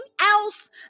else